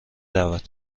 رود